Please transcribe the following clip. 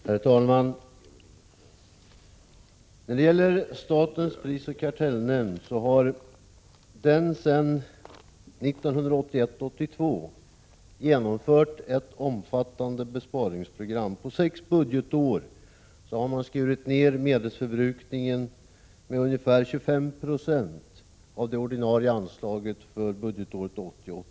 Herr talman! Statens prisoch kartellnämnd har sedan 1981 81.